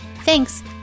Thanks